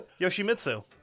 yoshimitsu